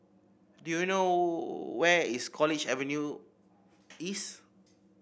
do you know where is College Avenue East